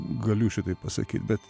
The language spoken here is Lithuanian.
galiu šitaip pasakyt bet